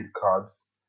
Cards